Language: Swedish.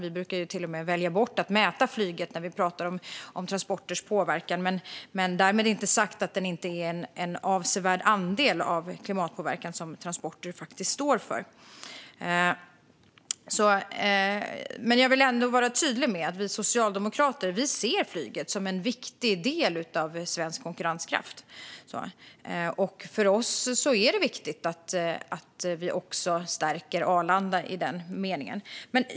Vi brukar till och med välja bort att mäta flyget när vi pratar om transporters påverkan. Men därmed inte sagt att transporter inte står för en avsevärd andel av klimatpåverkan. Jag vill vara tydlig med att vi socialdemokrater ser flyget som en viktig del av svensk konkurrenskraft. För oss är det också viktigt att stärka Arlanda i den meningen. Fru talman!